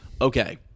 okay